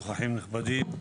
נוכחים נכבדים.